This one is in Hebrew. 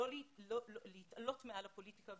להתעלות מעל הפוליטיקה,